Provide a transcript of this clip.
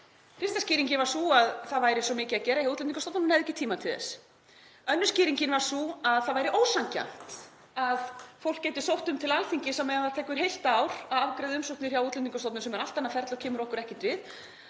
Fyrsta skýringin var sú að það væri svo mikið að gera hjá Útlendingastofnun að hún hefði ekki tíma til þess. Önnur skýringin var sú að það væri ósanngjarnt að fólk gæti sótt um til Alþingis á meðan það tekur heilt ár að afgreiða umsóknir hjá Útlendingastofnun, sem er allt annað ferli og kemur okkur ekkert við,